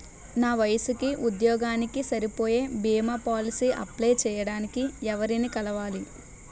నా వయసుకి, ఉద్యోగానికి సరిపోయే భీమా పోలసీ అప్లయ్ చేయటానికి ఎవరిని కలవాలి?